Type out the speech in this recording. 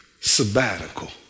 sabbatical